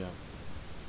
ya